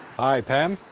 hi pam?